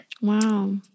Wow